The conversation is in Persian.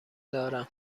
دارم